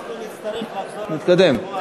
נתקדם.